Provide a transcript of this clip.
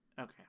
okay